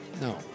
No